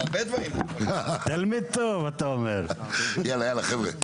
יאללה, יאללה, חבר'ה.